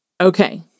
Okay